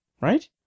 Right